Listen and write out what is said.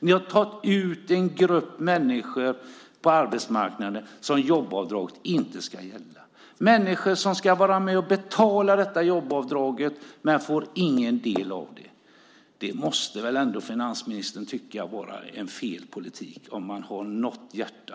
Ni har tagit ut en grupp människor på arbetsmarknaden som jobbavdraget inte ska gälla, människor som ska vara med och betala detta jobbavdrag men inte får någon del av det. Finansministern måste väl ändå tycka att det är fel politik, om han har något hjärta.